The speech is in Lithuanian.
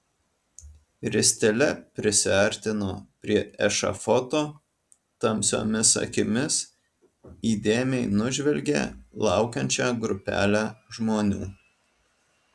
ristele prisiartino prie ešafoto tamsiomis akimis įdėmiai nužvelgė laukiančią grupelę žmonių